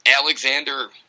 Alexander